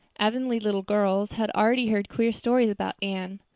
avonlea little girls had already heard queer stories about anne.